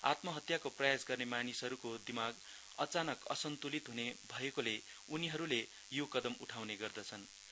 आत्महत्याको प्रयास गर्ने मानिसहरूको दिमाग अचानक असन्त्लित हुने भएकोले उनीहरूले यो कदम उठाउने गर्दछन्न्